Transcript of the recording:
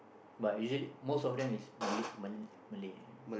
but usually most of them is Malay Mal~ Malay